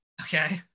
Okay